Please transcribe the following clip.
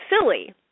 silly